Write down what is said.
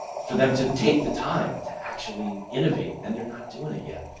for them to take the time to actually innovate. and they're not doing it yet.